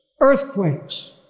earthquakes